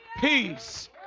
peace